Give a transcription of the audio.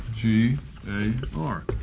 G-A-R